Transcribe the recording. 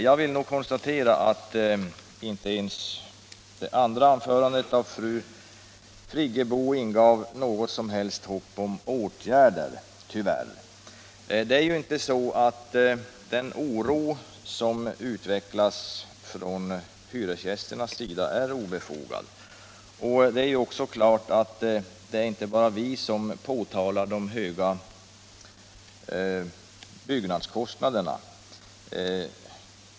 Jag vill konstatera att inte heller fru Friggebos andra anförande ingav något som helst hopp om åtgärder — tyvärr. Den oro som visas från hyresgästernas sida är befogad. Det är inte bara vi som påtalar de höga bostadskostnaderna.